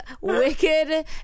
Wicked